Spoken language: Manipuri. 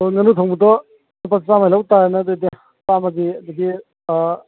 ꯑꯧ ꯉꯥꯅꯨ ꯊꯣꯡꯕꯗꯣ ꯂꯨꯄꯥ ꯆꯥꯝꯃꯒꯤ ꯂꯧꯇꯥꯔꯦꯗꯅ ꯑꯗꯨꯗꯤ ꯆꯥꯝꯃꯒꯤ ꯑꯗꯒꯤ